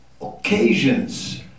occasions